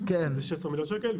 זה 16 מיליון שקל,